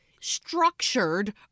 structured